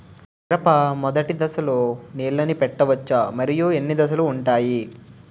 మిరప మొదటి దశలో నీళ్ళని పెట్టవచ్చా? మరియు ఎన్ని దశలు ఉంటాయి?